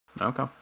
Okay